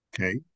Okay